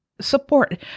support